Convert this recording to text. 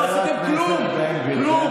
חבר הכנסת בן גביר, ולא עשיתם כלום, כלום.